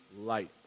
light